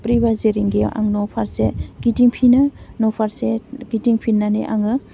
ब्रै बाजि रिंगायाव आं न' फार्से गिदिंफिनो न' फारसे गिदिंफिननानै आङो